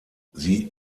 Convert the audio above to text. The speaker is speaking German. sie